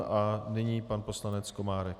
A nyní pan poslanec Komárek.